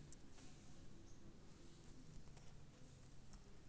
Utility బిల్లులు కట్టినప్పుడు మనకు కలిగే ప్రయోజనాలు ఏమిటి?